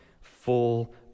full